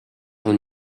хүн